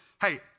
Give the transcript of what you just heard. hey